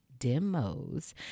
demos